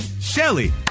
Shelly